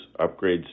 upgrades